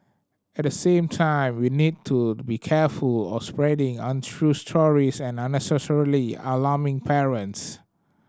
at the same time we need to be careful of spreading untrue stories and unnecessarily alarming parents